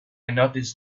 noticed